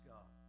God